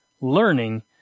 learning